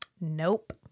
nope